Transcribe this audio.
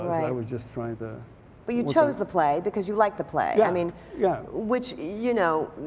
i was just trying to but you chose the play because you like the play. i mean yeah. which, you know,